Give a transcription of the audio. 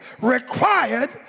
required